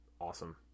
awesome